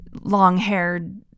long-haired